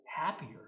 happier